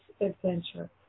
adventure